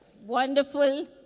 wonderful